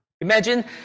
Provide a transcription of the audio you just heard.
Imagine